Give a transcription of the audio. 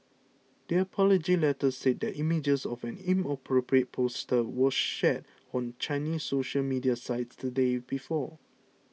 the apology letter said that images of an inappropriate poster were shared on Chinese social media sites the day before